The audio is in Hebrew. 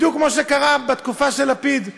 בדיוק כמו שקרה בתקופה של לפיד,